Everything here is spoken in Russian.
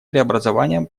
преобразованиям